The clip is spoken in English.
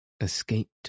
escaped